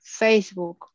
Facebook